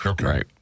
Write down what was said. right